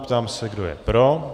Ptám se, kdo je pro?